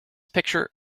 picture